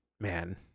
man